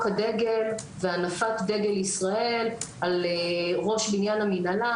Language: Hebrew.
הדגל ולהנפת דגל ישראל על ראש בניין המינהלה.